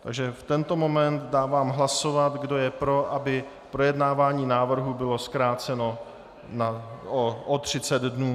Takže v tento moment dávám hlasovat, kdo je pro, aby projednávání návrhu bylo zkráceno o 30 dnů.